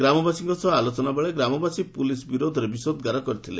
ଗ୍ରାମବାସୀଙ୍କ ସହ ଆଲୋଚନାବେଳେ ଗ୍ରାମବାସୀ ପୁଲିସ ବିରୋଧ ବିଷେଦଗାର କରିଥିଲେ